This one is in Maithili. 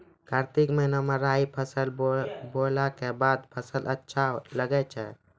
कार्तिक महीना मे राई फसल बोलऽ के बाद फसल अच्छा लगे छै